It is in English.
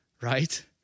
right